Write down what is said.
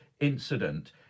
incident